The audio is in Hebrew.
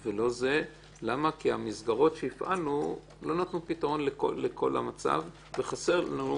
כי המסגרות שהפעלנו לא נתנו פתרון לכל המצב ולו